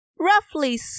Roughly